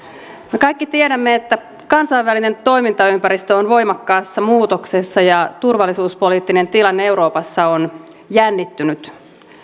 me kaikki tiedämme että kansainvälinen toimintaympäristö on voimakkaassa muutoksessa ja turvallisuuspoliittinen tilanne euroopassa on jännittynyt